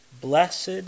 Blessed